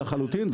לחלוטין.